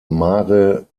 mare